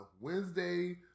Wednesday